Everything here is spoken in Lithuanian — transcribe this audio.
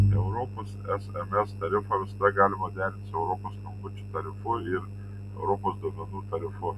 europos sms tarifą visada galima derinti su europos skambučių tarifu ir europos duomenų tarifu